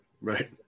Right